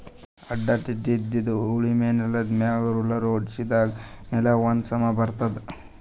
ಅಡ್ಡಾ ತಿಡ್ಡಾಇದ್ದಿದ್ ಉಳಮೆ ನೆಲ್ದಮ್ಯಾಲ್ ರೊಲ್ಲರ್ ಓಡ್ಸಾದ್ರಿನ್ದ ನೆಲಾ ಒಂದ್ ಸಮಾ ಬರ್ತದ್